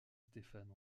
stéphane